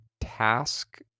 task